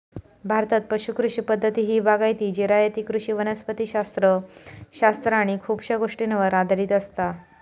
भारतात पुश कृषी पद्धती ही बागायती, जिरायती कृषी वनस्पति शास्त्र शास्त्र आणि खुपशा गोष्टींवर आधारित असता